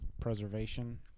preservation